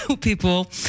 people